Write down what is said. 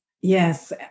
Yes